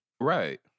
Right